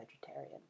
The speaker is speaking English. vegetarian